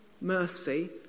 mercy